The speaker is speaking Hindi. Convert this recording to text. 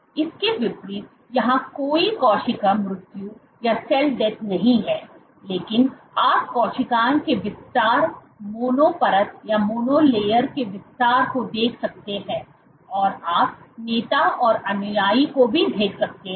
इसके विपरीत यहाँ कोई कोशिका मृत्यु नहीं है लेकिन आप कोशिकाओं के विस्तार मोनो परत के विस्तार को देख सकते हैं और आप नेता और अनुयायी को भी देख सकते हैं